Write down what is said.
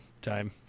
time